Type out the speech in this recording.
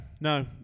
no